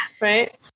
right